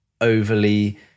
overly